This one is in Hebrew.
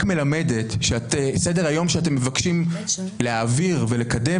רק מלמדת שסדר-היום שאתם מבקשים להעביר ולקדם